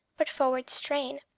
but forward strain,